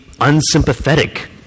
unsympathetic